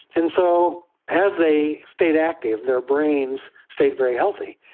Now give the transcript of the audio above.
and so as they stayed active their brains stayed very healthy.